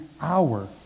hour